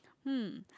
hmm